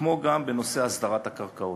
כמו גם בנושא הסדרת הקרקעות.